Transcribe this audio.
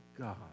God